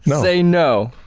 say no.